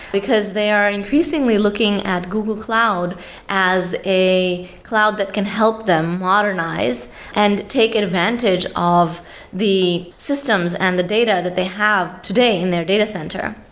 because they are increasingly looking at google cloud as a cloud that can help them modernize and take advantage of the systems and the data that they have today in their data center.